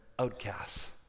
outcasts